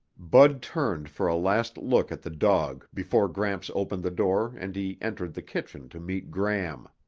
bud turned for a last look at the dog before gramps opened the door and he entered the kitchen to meet gram.